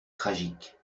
tragique